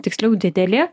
tiksliau didelė